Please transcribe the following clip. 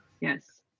yes